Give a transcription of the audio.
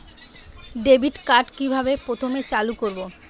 Debit card কিভাবে প্রথমে চালু করব?